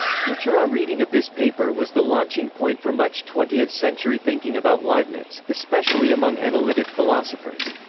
couturat's reading of this paper was the launching point for much twentieth century thinking about leibniz, especially among analytic philosophers.